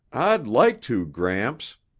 i'd like to, gramps,